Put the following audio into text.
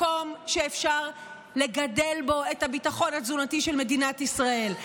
מקום שאפשר לגדל בו את הביטחון התזונתי של מדינת ישראל.